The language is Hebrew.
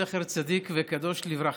זכר צדיק וקדוש לברכה,